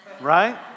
right